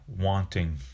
wanting